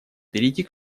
перейти